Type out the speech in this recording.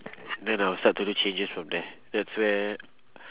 and then I'll start to do changes from there that's where